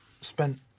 spent